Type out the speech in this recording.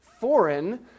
foreign